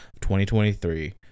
2023